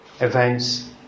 events